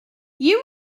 you